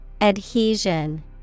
adhesion